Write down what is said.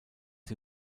sie